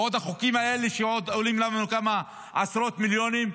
ועוד החוקים האלה שעולים לנו עוד כמה עשרות מיליונים?